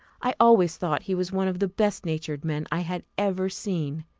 i always thought he was one of the best-natured men i had ever seen.